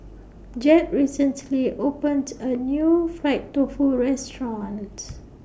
Jett recently opened A New Fried Tofu restaurants